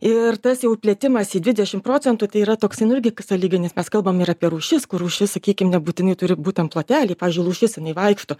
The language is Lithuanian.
ir tas jau plėtimas į dvidešimt procentų tai yra toks nu irgi sąlyginis mes kalbam ir apie rūšis kur rūšis sakykim nebūtinai turi būtent plotelį pavyzdžiui lūšis jinai vaikšto